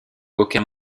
aucun